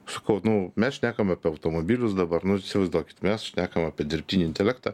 sakau nu mes šnekam apie automobilius dabar nu įsivaizduokit mes šnekam apie dirbtinį intelektą